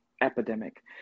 epidemic